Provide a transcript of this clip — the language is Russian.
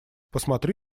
посмотри